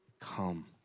come